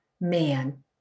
man